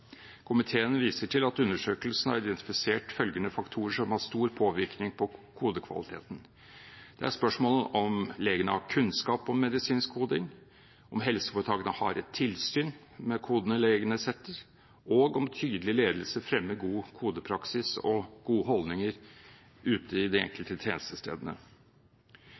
Komiteen viser til at undersøkelsen har identifisert følgende faktorer som har stor påvirkning på kodekvaliteten: Det er spørsmål om legene har kunnskap om medisinsk koding, om helseforetakene har et tilsyn med kodene legene setter, og om tydelig ledelse fremmer god kodepraksis og gode holdninger ute på de enkelte tjenestestedene.